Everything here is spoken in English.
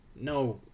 no